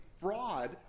fraud